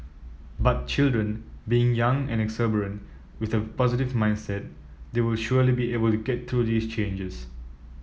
but children being young and exuberant with a positive mindset they will surely be able to get through these changes